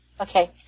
Okay